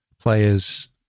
players